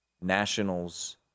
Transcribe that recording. Nationals